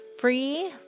free